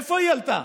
איפה היא עלתה?